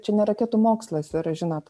čia ne raketų mokslas yra žinot